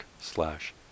slash